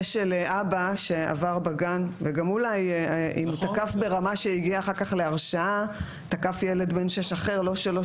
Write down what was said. של אבא שעבר בגן וגם הוא אולי תקף ילד בן שש - לא שלו,